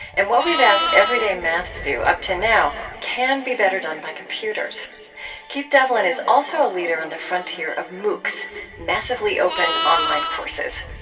and what we've asked everyday math to do up to now can be better done by computers keith devlin is also a leader on the frontier of moocs, massively open online courses.